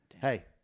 Hey